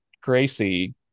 Gracie